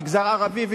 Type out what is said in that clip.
מגזר ערבי ויהודי,